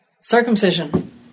Circumcision